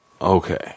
okay